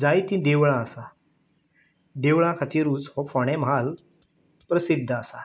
जायतीं देवळां आसा देवळां खातीरूच हो फोंडे म्हाल प्रसिद्ध आसा